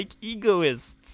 egoists